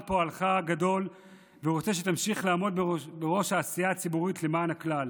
פועלך הגדול ורוצה שתמשיך לעמוד בראש העשייה הציבורית למען הכלל.